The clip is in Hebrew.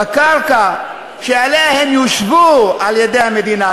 בקרקע שעליה הם יושבו על-ידי המדינה,